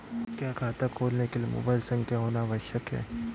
क्या खाता खोलने के लिए मोबाइल संख्या होना आवश्यक है?